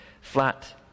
flat